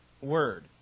word